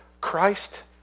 Christ